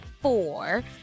four